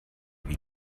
wie